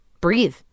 breathe